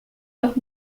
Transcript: los